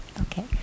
Okay